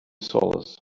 solace